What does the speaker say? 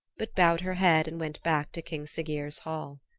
but bowed her head and went back to king siggeir's hall.